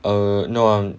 err no I'm